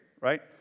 right